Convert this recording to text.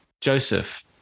Joseph